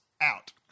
out